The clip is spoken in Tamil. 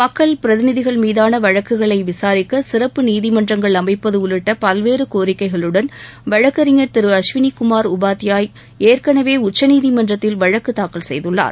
மக்கள் பிரதிநிதிகள் மீதான வழக்குகளை விசாரிக்க சிறப்பு நீதிமன்றங்கள் அமைப்பது உள்ளிட்ட பல்வேறு கோரிக்கைகளுடன் வழக்கறிஞர் திரு அஸ்வினிகுமார் உபாத்யாய் ஏற்கனவே உச்சநீதிமன்றத்தில் வழக்கு தாக்கல் செய்துள்ளார்